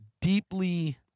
deeply